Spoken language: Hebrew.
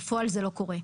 בפועל זה לא קורה.